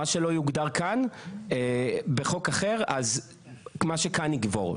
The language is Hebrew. מה שלא יוגדר בחוק אחר, אז מה שכאן יגבר.